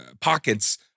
pockets